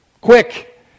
Quick